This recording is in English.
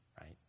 right